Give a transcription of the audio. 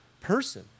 person